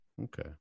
Okay